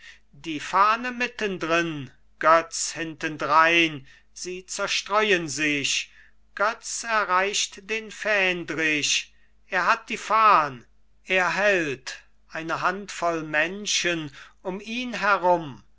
die fahne mittendrin götz hintendrein sie zerstreuen sich götz erreicht den fähndrich er hat die fahn er hält eine handvoll menschen um ihn herum